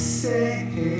say